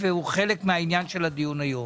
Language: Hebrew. והוא חלק מהעניין של הדיון היום.